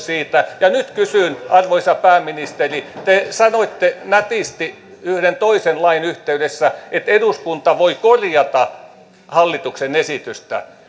siitä ja nyt kysyn arvoisa pääministeri te sanoitte nätisti yhden toisen lain yhteydessä että eduskunta voi korjata hallituksen esitystä